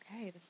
Okay